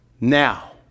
now